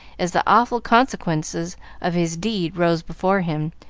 as the awful consequences of his deed rose before him,